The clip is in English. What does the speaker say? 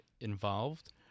involved